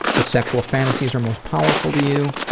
what sexual fantasies are most powerful to you?